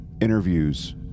interviews